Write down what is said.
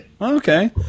Okay